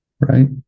right